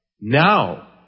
now